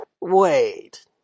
Wait